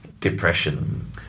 depression